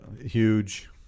huge